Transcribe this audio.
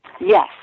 Yes